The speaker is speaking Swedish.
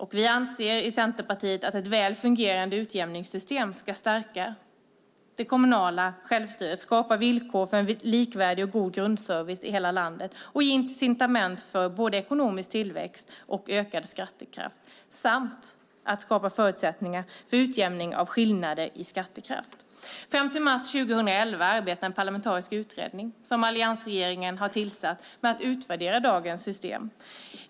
Centerpartiet anser att ett väl fungerande utjämningssystem ska stärka det kommunala självstyret, skapa villkor för en likvärdig och god grundservice i hela landet, ge incitament för både ekonomisk tillväxt och ökad skattekraft samt skapa förutsättningar för utjämning av skillnader i skattekraft. Fram till mars 2011 arbetar en parlamentarisk utredning, som alliansregeringen har tillsatt, med att utvärdera dagens system.